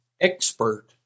expert